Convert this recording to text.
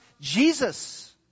Jesus